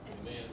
Amen